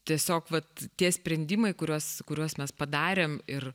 tiesiog vat tie sprendimai kuriuos kuriuos mes padarėm ir